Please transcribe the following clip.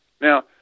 Now